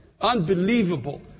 Unbelievable